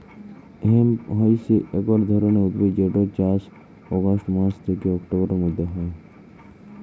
hemp হইসে একট ধরণের উদ্ভিদ যেটর চাস অগাস্ট মাস থ্যাকে অক্টোবরের মধ্য হয়